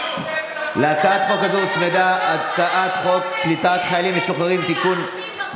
להצעת החוק הזאת הוצמדה הצעת חוק קליטת חיילים משוחררים (תיקון,